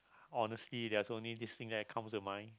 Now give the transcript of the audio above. honestly there are only these things that comes to mind